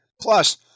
Plus